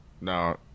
No